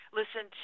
listen